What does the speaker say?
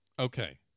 Okay